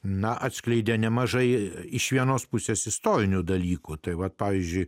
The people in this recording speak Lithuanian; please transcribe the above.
na atskleidė nemažai iš vienos pusės istorinių dalykų tai vat pavyzdžiui